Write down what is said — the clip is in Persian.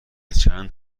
چند